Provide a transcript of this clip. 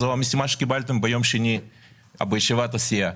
זו המשימה שקיבלתם ביום שני בישיבת הסיעה.